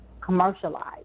commercialized